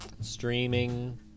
streaming